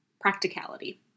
practicality